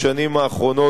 בשנים האחרונות,